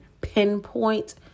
pinpoint